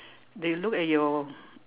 they look at your